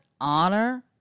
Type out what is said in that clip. honor